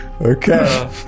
Okay